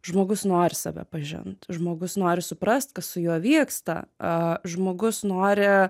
žmogus nori save pažint žmogus nori suprast kas su juo vyksta a žmogus nori